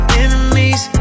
enemies